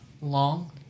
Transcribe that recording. long